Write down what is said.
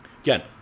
Again